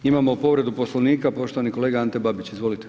Imamo povredu Poslovnika, poštovani kolega Ante Babić, izvolite.